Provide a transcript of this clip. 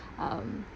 um